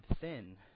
thin